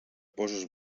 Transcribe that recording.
poses